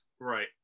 Right